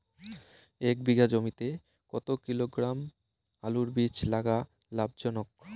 এক বিঘা জমিতে কতো কিলোগ্রাম আলুর বীজ লাগা লাভজনক?